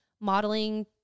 modeling